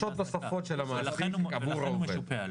הפרשות נוספות של המעסיק עבור העובד.